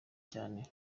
cyane